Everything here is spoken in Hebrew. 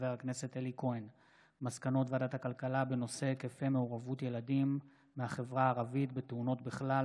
על מסקנות ועדת הכלכלה בעקבות דיון מהיר בהצעתם